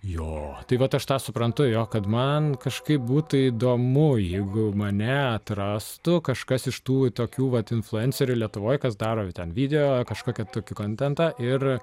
jo tai vat aš tą suprantu jo kad man kažkaip būtų įdomu jeigu mane atrastų kažkas iš tų tokių vat influencerių lietuvoj kas daro ten video kažkokį tokį kontentą ir